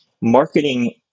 marketing